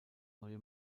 neue